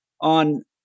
on